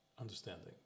understanding